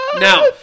Now